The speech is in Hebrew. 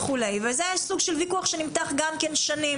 זה ויכוח שנמתח שנים.